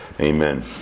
Amen